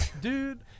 Dude